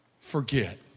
Forget